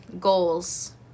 goals